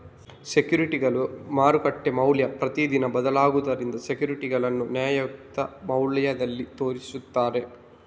ಸೆಕ್ಯೂರಿಟಿಗಳ ಮಾರುಕಟ್ಟೆ ಮೌಲ್ಯ ಪ್ರತಿದಿನ ಬದಲಾಗುದರಿಂದ ಸೆಕ್ಯೂರಿಟಿಗಳನ್ನ ನ್ಯಾಯಯುತ ಮೌಲ್ಯದಲ್ಲಿ ತೋರಿಸ್ತಾರೆ